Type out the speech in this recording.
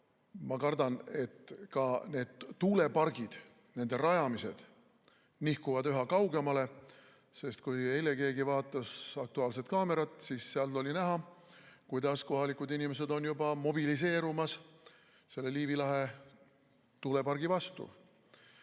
Ma kardan, et ka need tuulepargid ja nende rajamine nihkuvad üha kaugemale. Kui eile keegi vaatas "Aktuaalset kaamerat", siis nägi seal, kuidas kohalikud inimesed on juba mobiliseerumas Liivi lahe tuulepargi vastu.